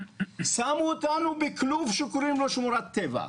שמו אותנו בכלוב שקוראים לו שמורת טבע.